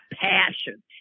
passion